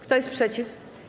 Kto jest przeciw?